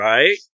Right